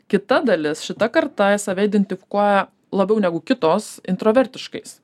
kita dalis šita karta save identifikuoja labiau negu kitos intravertiškais